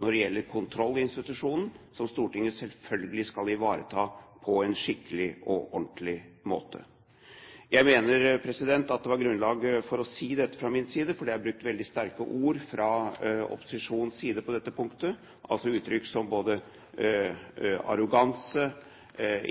når det gjelder kontrollinstitusjonen, som Stortinget selvfølgelig skal ivareta på en skikkelig og ordentlig måte. Jeg mener at det var grunnlag for å si dette fra min side, for det er brukt veldig sterke ord fra opposisjonens side på dette punktet. Uttrykk som arroganse,